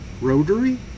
rotary